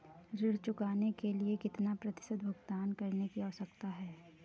ऋण चुकाने के लिए कितना प्रतिशत भुगतान करने की आवश्यकता है?